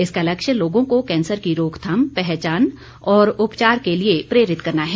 इसका लक्ष्य लोगों को कैंसर की रोकथाम पहचान और उपचार के लिए प्रेरित करना है